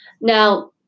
Now